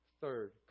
Third